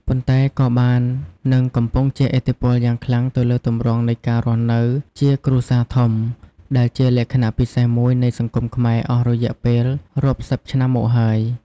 ប៉ុន្តែក៏បាននិងកំពុងជះឥទ្ធិពលយ៉ាងខ្លាំងទៅលើទម្រង់នៃការរស់នៅជាគ្រួសារធំ ដែលជាលក្ខណៈពិសេសមួយនៃសង្គមខ្មែរអស់រយៈពេលរាប់សិបឆ្នាំមកហើយ។